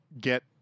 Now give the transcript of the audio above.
get